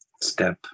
step